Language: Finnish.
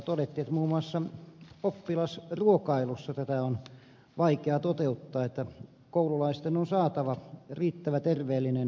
todettiin että muun muassa oppilasruokailussa tätä on vaikea toteuttaa että koululaisten on saatava riittävä terveellinen lämmin ruoka